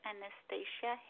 Anastasia